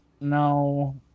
No